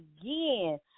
again